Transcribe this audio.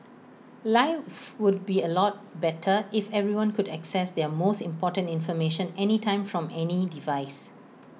life would be A lot better if everyone could access their most important information anytime from any device